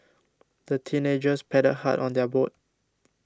the teenagers paddled hard on their boat